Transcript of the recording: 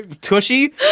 tushy